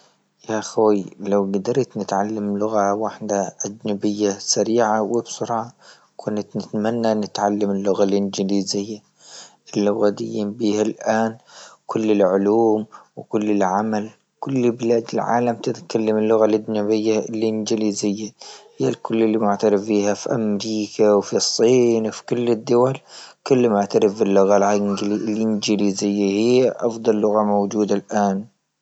يا اخوي لو قدرت نتعلم لغة واحدة أجنبية سريعة وبسرعة كنت نتمنى نتعلم اللغة الانجليزية، اللغة دي بها الآن كل العلوم وكل العمل وكل بلاد العالم تتكلم اللغة اللبنية الانجليزية، هي الكل معترف بها في امريكا وفي الصين وفي كل الدول كل ما معترف باللغةلإن- الانجليزية هي أفضل لغة موجودة الآن.